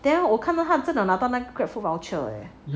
then 我看到他不懂拿到那个 Grab food voucher leh